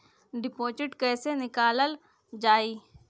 Deposit कैसे निकालल जाइ?